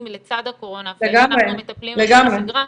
הוא החיים לצד הקורונה ואיך אנחנו מטפלים בשגרה.